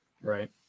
right